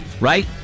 right